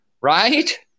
Right